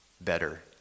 better